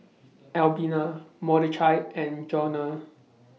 Albina Mordechai and Juana